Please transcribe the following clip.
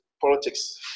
politics